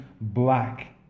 black